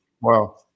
Wow